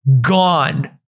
Gone